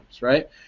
Right